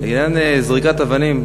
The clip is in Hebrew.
לעניין זריקת אבנים,